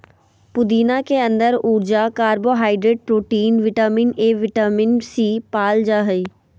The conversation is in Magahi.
पुदीना के अंदर ऊर्जा, carbohydrate, protein, vitamin A, vitamin C, पाल जा हइ